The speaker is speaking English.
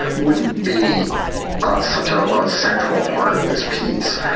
wouldn't be such a central part of this piece.